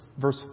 verse